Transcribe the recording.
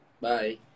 bye